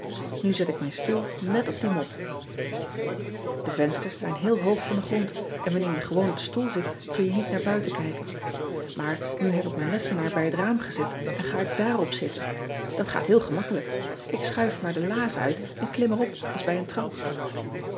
u zet ik mijn stoel net op die mop e vensters zijn heel hoog van den grond en wanneer je gewoon op de stoel zit kun je niet naar buiten kijken aar nu heb ik mijn lessenaar bij het raam gezet en ga ik daarop zitten at gaat heel gemakkelijk k schuif maar de la s uit en klim erop als bij een trap